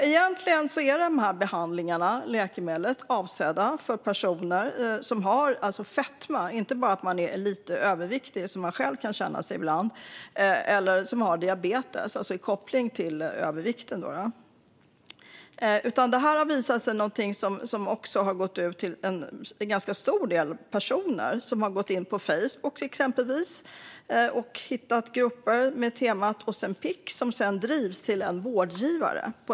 Egentligen är behandlingarna, läkemedlen, avsedda för personer som har fetma - de är inte bara lite överviktiga, som man själv kan känna sig ibland - eller har diabetes kopplat till övervikten. Detta har också visat sig nå ut till en ganska stor del personer. De har exempelvis gått in på Facebook och hittat grupper på temat Ozempic och har på det sättet drivits till en vårdgivare.